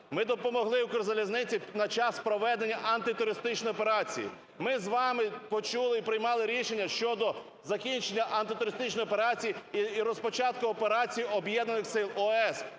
Ми допомогли "Укрзалізниці" на час проведення антитерористичної операції. Ми з вами почули і приймали рішення щодо закінчення антитерористичної операції і початку операції Об'єднаних сил (ООС),